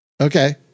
Okay